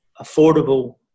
affordable